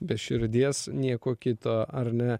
be širdies nieko kito ar ne